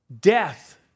death